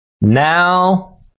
Now